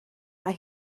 mae